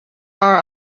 are